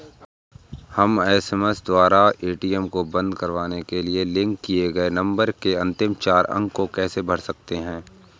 हम एस.एम.एस द्वारा ए.टी.एम को बंद करवाने के लिए लिंक किए गए नंबर के अंतिम चार अंक को कैसे भर सकते हैं?